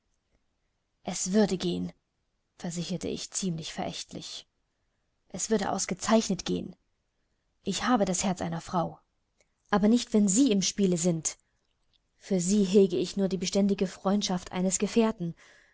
es würde gehen versicherte ich ziemlich verächtlich es würde ausgezeichnet gehen ich habe das herz einer frau aber nicht wenn sie im spiele sind für sie hege ich nur die beständige freundschaft eines gefährten